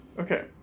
Okay